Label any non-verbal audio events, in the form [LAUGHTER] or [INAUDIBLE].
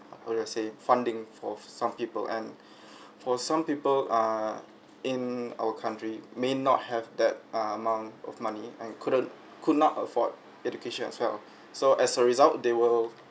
how do I say funding for some people and [BREATH] for some people err in our country may not have that uh amount of money and couldn't could not afford education as well so as a result they will